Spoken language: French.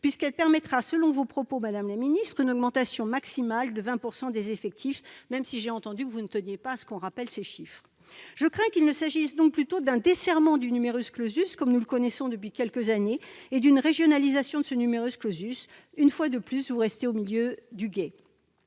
puisqu'elle permettra, selon vous, madame la ministre, une augmentation maximale de 20 % des effectifs, même si j'ai bien compris que vous ne teniez pas à ce que l'on rappelle ces chiffres. Je crains qu'il ne s'agisse donc plutôt d'un desserrement du, comme cela se pratique depuis quelques années, et d'une régionalisation de ce. Une fois de plus, vous restez au milieu du gué.